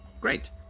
Great